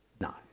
No